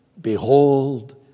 behold